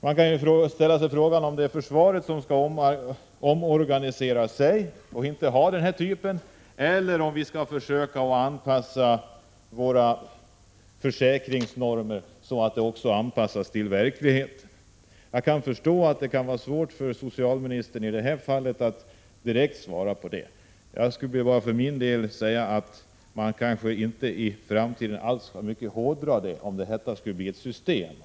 Man kan ställa sig frågan om det är försvaret som skall omorganisera sig och inte ha den här typen av tjänstgöring, eller om vi skall försöka anpassa försäkringsnormerna till verkligheten. Jag kan förstå att det kanske är svårt för socialministern att svåra direkt på frågan i detta fall. Jag vill bara för min del säga att vi i framtiden inte skall hårdra det hela om det skulle bli ett system.